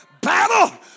Battle